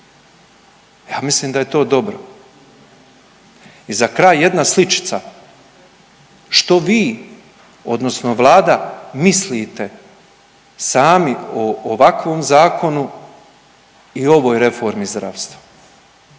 Ja mislim da je to dobro. I za kraj jedna sličica. Što vi odnosno Vlada mislite sami o ovakvom zakonu i o ovoj reformi zdravstva?